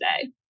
today